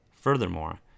Furthermore